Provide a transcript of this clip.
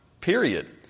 period